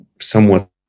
somewhat